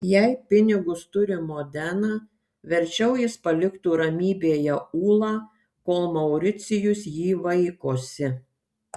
jei pinigus turi modena verčiau jis paliktų ramybėje ulą kol mauricijus jį vaikosi